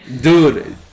Dude